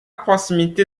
proximité